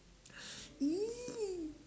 !ee!